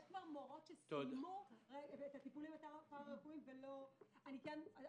יש כבר מורות שסיימו את לימודי הטיפולים הפרה-רפואיים ולא קיבלו תעודה.